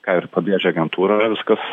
ką ir pabrėžia agentūra viskas